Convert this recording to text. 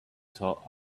thought